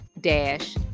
dash